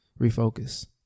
refocus